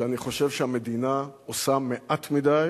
שאני חושב שהמדינה עושה מעט מדי